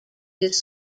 his